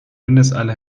windeseile